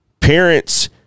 Parents